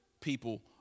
people